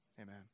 amen